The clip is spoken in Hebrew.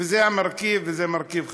וזה מרכיב, זה מרכיב חשוב.